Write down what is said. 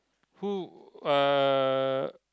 who uh